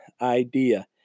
idea